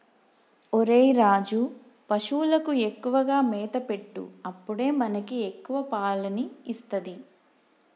ఒరేయ్ రాజు, పశువులకు ఎక్కువగా మేత పెట్టు అప్పుడే మనకి ఎక్కువ పాలని ఇస్తది